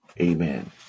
Amen